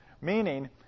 Meaning